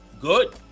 good